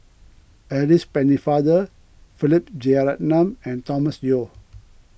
Alice Pennefather Philip Jeyaretnam and Thomas Yeo